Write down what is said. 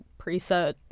preset